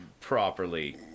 properly